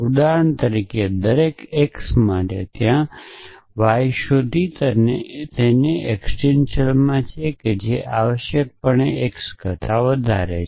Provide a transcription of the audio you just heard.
ઉદાહરણ તરીકે દરેક x માટે ત્યાં શોધ y એકસીટેંટીયલમાં છે જે આવશ્યકપણે x કરતા વધારે છે